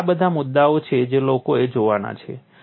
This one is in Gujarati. તેથી આ બધા મુદ્દાઓ છે જે લોકોએ જોવાના છે